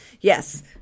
yes